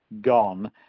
gone